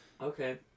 Okay